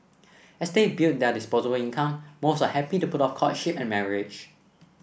as they build their disposable income most are happy to put off courtship and marriage